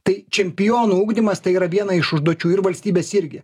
tai čempionų ugdymas tai yra viena iš užduočių ir valstybės irgi